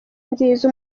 nziza